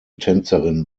tänzerin